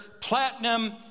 platinum